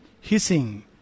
hissing